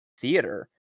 theater